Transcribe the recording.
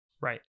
Right